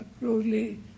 closely